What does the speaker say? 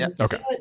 Okay